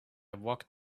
walked